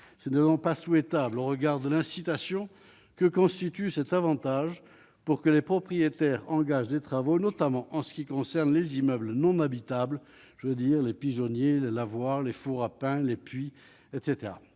ce ne ont pas souhaitable au regard de l'incitation que constitue cet Avantage pour que les propriétaires engagent des travaux, notamment en ce qui concerne les immeubles non habitable, je veux dire les pigeonniers, lavoirs, les fours à pain, les puits etc,